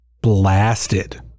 blasted